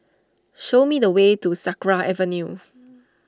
show me the way to Sakra Avenue